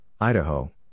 Idaho